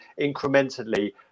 incrementally